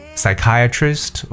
psychiatrist